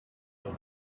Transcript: sur